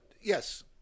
Yes